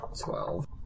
Twelve